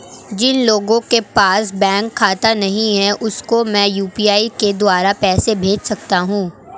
जिन लोगों के पास बैंक खाता नहीं है उसको मैं यू.पी.आई के द्वारा पैसे भेज सकता हूं?